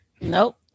nope